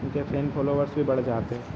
उनके fan followers भी बढ़ जाते